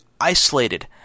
isolated